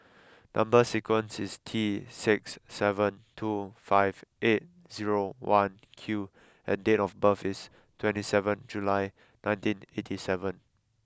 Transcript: number sequence is T six seven two five eight zero one Q and date of birth is twenty seven July nineteen eighty seven